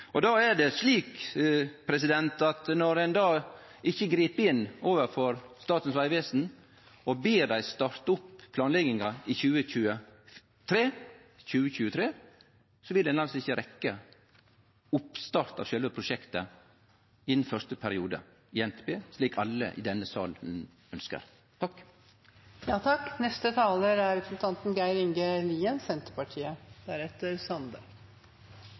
når ein da ikkje grip inn overfor Statens vegvesen og ber dei starte opp planlegginga i 2023, vil ein altså ikkje rekkje oppstart av sjølve prosjektet i den første perioden i NTP, slik alle i denne salen ønskjer. Rv. 15 Strynefjellet er ein utruleg viktig veg for næringslivet og for dei reisande. Senterpartiet